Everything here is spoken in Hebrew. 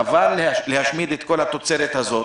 חבל להשמיד את כל התוצרת הזאת.